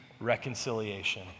reconciliation